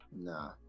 Nah